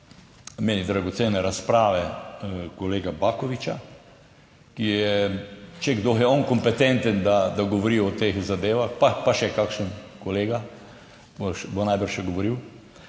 meni dragocene razprave kolega Baković, ki je, če kdo, je on kompetenten, da govori o teh zadevah, pa še kakšen kolega bo najbrž še govoril,